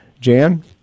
Jan